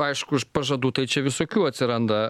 aišku pažadų tai čia visokių atsiranda